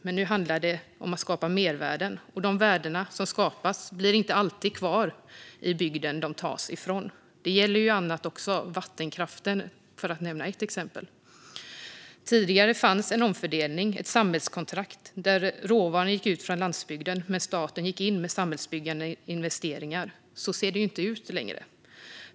Men nu handlar det om att skapa mervärden, och de värden som skapas blir inte alltid kvar i den bygd som de tas ifrån. Det gäller också annat, som vattenkraften för att nämna ett exempel. Tidigare fanns en omfördelning, ett samhällskontrakt, där råvaran gick ut från landsbygden men staten gick in med samhällsbyggande investeringar. Så ser det inte ut längre.